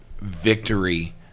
victory